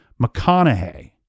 McConaughey